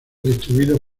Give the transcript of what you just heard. distribuidos